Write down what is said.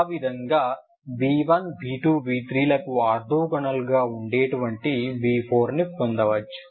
ఆ విధంగా v1 v2 v3లకి ఆర్తోగోనల్ గా ఉండేటువంటి v4 ను పొందవచ్చు